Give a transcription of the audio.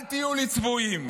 אל תהיו לי צבועים.